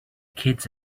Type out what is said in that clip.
kids